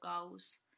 goals